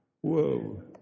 Whoa